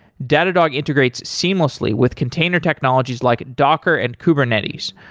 datadog integrates seamlessly with container technologies like docker and kubernetes,